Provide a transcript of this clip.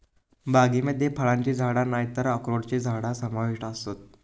बागेमध्ये फळांची झाडा नायतर अक्रोडची झाडा समाविष्ट आसत